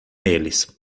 eles